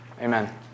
Amen